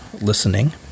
listening